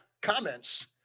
comments